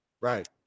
right